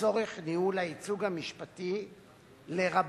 לצורך ניהול הייצוג המשפטי לרבות